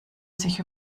sich